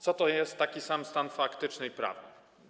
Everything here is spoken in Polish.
Co to jest taki sam stan faktyczny i prawny?